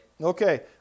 Okay